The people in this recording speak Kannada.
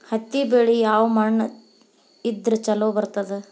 ಹತ್ತಿ ಬೆಳಿ ಯಾವ ಮಣ್ಣ ಇದ್ರ ಛಲೋ ಬರ್ತದ?